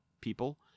people